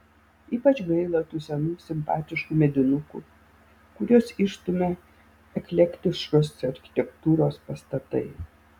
ypač gaila tų senų simpatiškų medinukų kuriuos išstumia eklektiškos architektūros pastatai